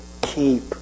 keep